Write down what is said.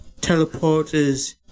teleporters